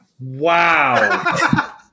Wow